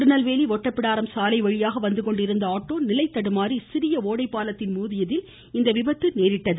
திருநெல்வேலி ஒட்டப்பிடாரம் சாலை வழியாக வந்துகொண்டிருந்த ஆட்டோ நிலைதடுமாறி சிறிய ஓடைப்பாலத்தின்மீது மோதியதில் இந்த விபத்து நேரிட்டுள்ளது